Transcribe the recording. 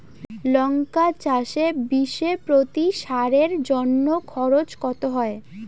লঙ্কা চাষে বিষে প্রতি সারের জন্য খরচ কত হয়?